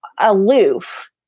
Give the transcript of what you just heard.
aloof